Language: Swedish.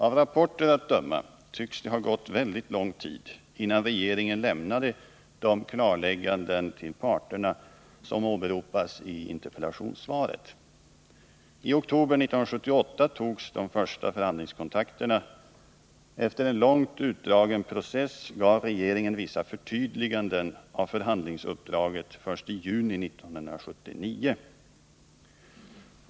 Av rapporter att döma tycks det ha gått väldigt lång tid innan regeringen lämnade de klarlägganden till parterna som åberopas i interpellationssvaret. I oktober 1978 togs de första förhandlingskontakterna. Efter en långt utdragen process gjorde regeringen vissa förtydliganden av förhandlingsuppdraget först i juni 1979.